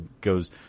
goes